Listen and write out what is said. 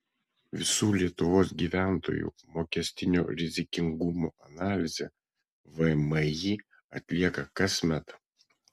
visų lietuvos gyventojų mokestinio rizikingumo analizę vmi atlieka kasmet